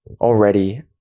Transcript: already